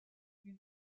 une